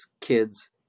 kids